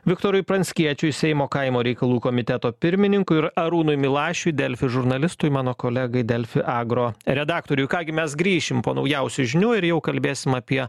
viktorui pranckiečiui seimo kaimo reikalų komiteto pirmininkui arūnui milašiui delfi žurnalistui mano kolegai delfi agro redaktoriui ką gi mes grįšim po naujausių žinių ir jau kalbėsim apie